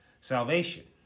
salvation